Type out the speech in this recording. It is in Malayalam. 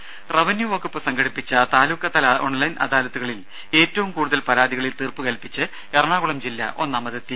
രുമ റവന്യൂ വകുപ്പ് സംഘടിപ്പിച്ച താലൂക്ക് തല ഓൺലൈൻ അദാലത്തുകളിൽ ഏറ്റവും കൂടുതൽ പരാതികളിൽ തീർപ്പുകൽപ്പിച്ച് എറണാകുളം ജില്ല ഒന്നാമതെത്തി